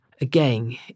again